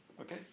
Okay